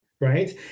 right